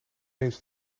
eens